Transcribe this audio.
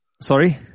Sorry